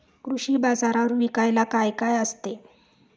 कृषी बाजारावर विकायला काय काय असते?